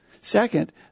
Second